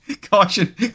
Caution